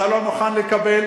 אתה לא מוכן לקבל